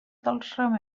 dels